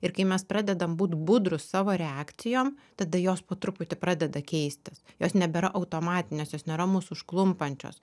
ir kai mes pradedam būt budrūs savo reakcijom tada jos po truputį pradeda keistis jos nebėra automatinės jos nėra mus užklumpančios